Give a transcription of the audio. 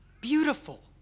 beautiful